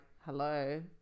hello